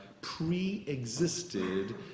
pre-existed